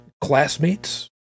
classmates